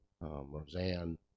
Roseanne